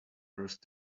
first